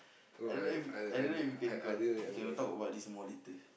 I don't know if you can recall okay we talk about this some more later